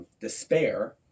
despair